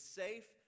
safe